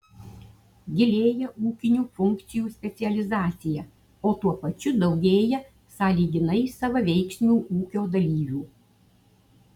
gilėja ūkinių funkcijų specializacija o tuo pačiu daugėja sąlyginai savaveiksmių ūkio dalyvių